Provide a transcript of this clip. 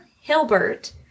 Hilbert